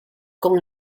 con